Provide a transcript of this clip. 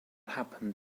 happened